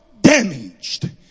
damaged